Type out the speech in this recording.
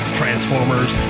transformers